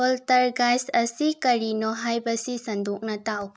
poltergeist ꯑꯁꯤ ꯀꯔꯤꯅꯣ ꯍꯥꯏꯕꯁꯤ ꯁꯟꯗꯣꯛꯅ ꯇꯥꯛꯎ